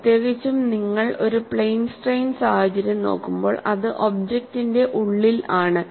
പ്രത്യേകിച്ചും നിങ്ങൾ ഒരു പ്ലെയിൻ സ്ട്രെയിൻ സാഹചര്യം നോക്കുമ്പോൾ അത് ഒബ്ജക്റ്റിന്റെ ഉള്ളിൽ ആണ്